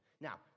now